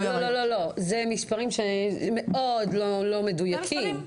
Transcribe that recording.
אלה מספרים מאוד לא מדויקים.